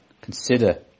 Consider